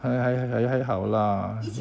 还还还好啦